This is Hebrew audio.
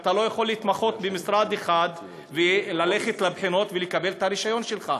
ואתה לא יכול להתמחות במשרד אחד וללכת לבחינות ולקבל את הרישיון שלך.